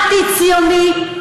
אנטי-ציוני,